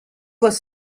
was